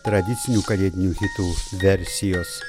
tradicinių kalėdinių hitų versijos